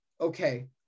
okay